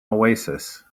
oasis